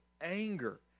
anger